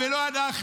ולא אנחנו,